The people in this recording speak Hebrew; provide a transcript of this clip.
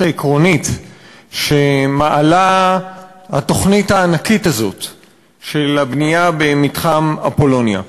העקרונית שמעלה התוכנית הענקית הזאת של הבנייה במתחם אפולוניה.